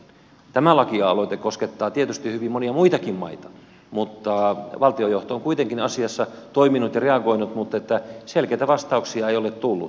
tämä lakialoite koskettaa tietysti hyvin monia muitakin maita mutta valtiojohto on kuitenkin asiassa toiminut ja reagoinut mutta selkeitä vastauksia ei ole tullut